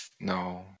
No